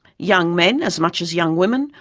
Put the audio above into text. young men, as much as young women,